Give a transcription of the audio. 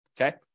Okay